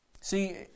See